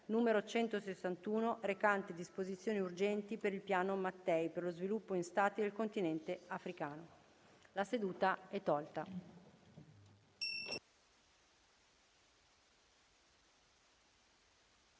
n. 161, recante disposizioni urgenti per il «Piano Mattei» per lo sviluppo in Stati del Continente africano (936) La seduta è tolta